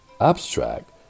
abstract